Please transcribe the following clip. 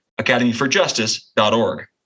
academyforjustice.org